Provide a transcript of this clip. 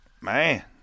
man